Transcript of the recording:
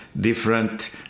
different